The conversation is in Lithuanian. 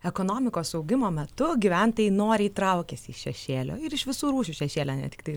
ekonomikos augimo metu gyventojai noriai traukiasi iš šešėlio ir iš visų rūšių šešėlio ne tiktai